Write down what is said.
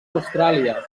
austràlia